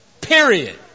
Period